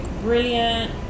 brilliant